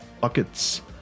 buckets